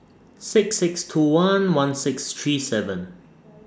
six six two one one six three seven